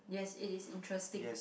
yes it is interesting